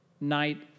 night